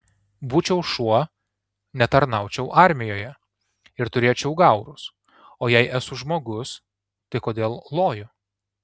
būčiau šuo netarnaučiau armijoje ir turėčiau gaurus o jei esu žmogus tai kodėl loju